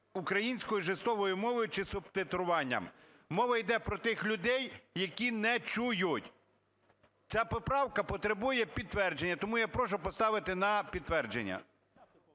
українською жестовою мовою чи субтитруванням. Мова йде про тих людей, які не чують. Ця поправка потребує підтвердження. Тому я прошу поставити на підтвердження.